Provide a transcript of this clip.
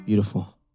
Beautiful